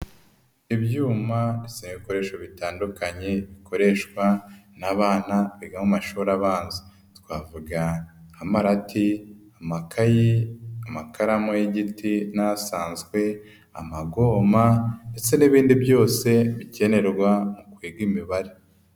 Ibyuma bisaba ibikoresho bitandukanye, bikoreshwa n'abana biga mu mashuri abanza, twavuga nk'amarati, amakayi, amakaramu y'igiti n'asanzwe, amagoma ndetse n'ibindi byose bikenerwa mu kwiga imibare.